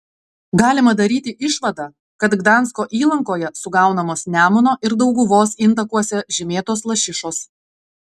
galima daryti išvadą kad gdansko įlankoje sugaunamos nemuno ir dauguvos intakuose žymėtos lašišos